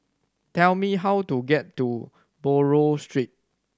tell me how to get to Buroh Street